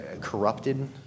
corrupted